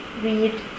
read